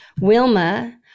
Wilma